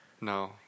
No